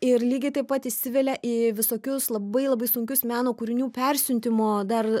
ir lygiai taip pat įsivelia į visokius labai labai sunkius meno kūrinių persiuntimo dar